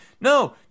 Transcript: No